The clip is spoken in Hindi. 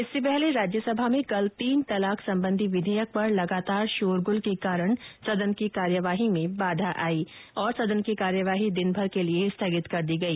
इससे पहले राज्यसभा में कल तीन तलाक संबंधी विधेयक पर लगातार शोर गुल के कारण सदन की कार्यवाही में बाधा आयी और सदन की कार्यवाही दिनभर के लिए स्थगित कर दी गई